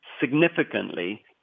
significantly